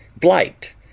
Blight